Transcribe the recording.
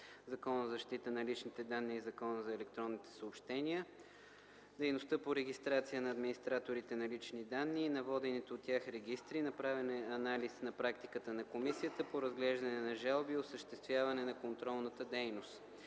Закона за защита на личните данни и Закона за електронните съобщения, дейността по регистрация на администраторите на лични данни и на водените от тях регистри, направен е анализ на практиката на комисията по разглеждане на жалби и осъществяване на контролната дейност.